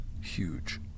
huge